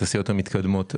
התעשיות המתקדמות.